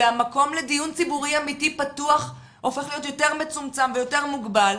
והמקום לדיון ציבורי אמיתי פתוח הופך להיות יותר מצומצם ויותר מוגבל,